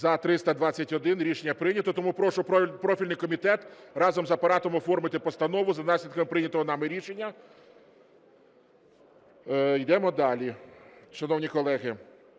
За – 321 Рішення прийнято. Тому прошу профільний комітет разом з Апаратом оформити постанову за наслідками прийнятого нами рішення. Йдемо далі, шановні колеги.